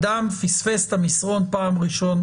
אדם פספס את המסרון פעם ראשונה,